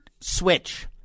switch